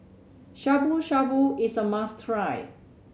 Shabu Shabu is a must try